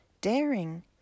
daring